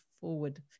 forward